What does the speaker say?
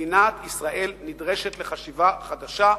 מדינת ישראל נדרשת לחשיבה חדשה,